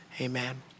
Amen